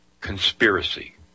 conspiracy